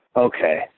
Okay